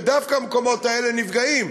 ודווקא המקומות האלה נפגעים.